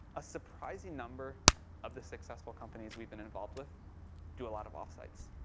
a surprising number of the successful companies we've been involved with do a lot of offsites.